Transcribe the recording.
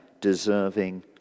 deserving